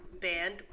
band